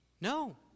No